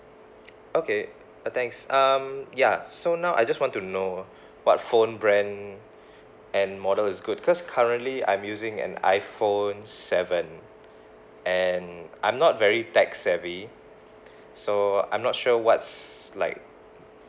okay uh thanks um ya so now I just want to know ah what phone brand and model is good because currently I'm using an iphone seven and I'm not very tech savvy so I'm not sure what's like